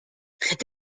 cette